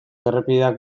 errepideak